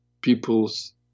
people's